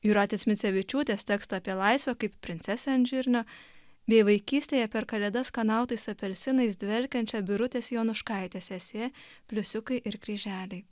jūratės micevičiūtės tekstą apie laisvę kaip princesė ant žirnio bei vaikystėje per kalėdas skanautais apelsinais dvelkiančią birutės jonuškaitės esė pliusiukai ir kryželiai